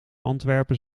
antwerpen